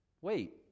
Wait